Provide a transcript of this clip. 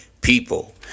people